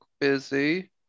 busy